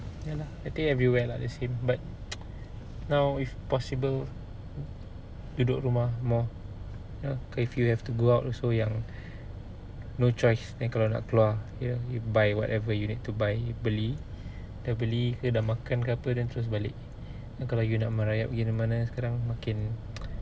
ya lah I think everywhere lah the same but now if possible duduk rumah more ya cause if you have to go out also yang no choice then kalau nak keluar you buy whatever you need to buy you beli dah beli dah makan ke apa then terus balik then kalau you nak merayap pergi mana-mana sekarang makin